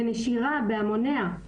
ונשירה בהמוניה.